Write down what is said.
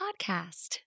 podcast